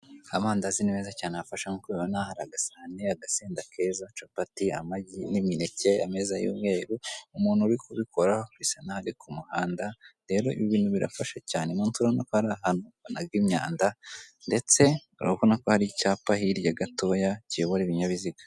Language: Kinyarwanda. Amandazi ni meza cyane arafasha. Nk'uko ubibona hari agasahani, agasenda keza, capati, amagi n'imineke, ameza y'umweru. Umuntu uri kubikora bisa n'aho ari ku muhanda. Rero ibi bintu birafasha cyane. Munsi hari ahantu banaga imyanda ndetse urabona ko hari icyapa hirya kiyobora ibinyabiziga.